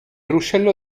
ruscello